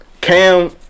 Cam